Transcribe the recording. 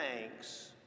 thanks